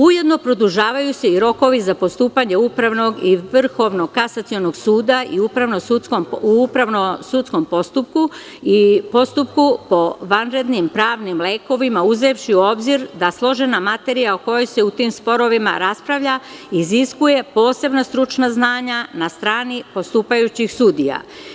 Ujedno, produžavaju se i rokovi za postupanje Upravnog i Vrhovnog kasacionog suda u upravnom sudskom postupku i postupku po vanrednim lekovima, uzevši u obzir da složena materija o kojoj se u tim sporovima raspravlja iziskuje posebna stručna znanja na strani postupajućih sudija.